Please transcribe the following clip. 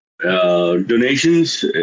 Donations